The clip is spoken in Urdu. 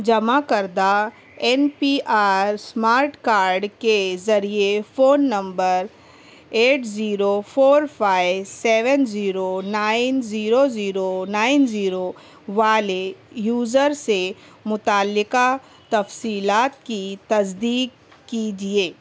جمع کردہ N P R smart card کے ذریعے phone number eight zero four five seven zero nine zero zero nine zero والے یوزر سے متعلقہ تفصیلات کی تصدیق کیجیے